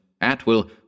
Atwill